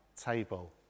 table